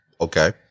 Okay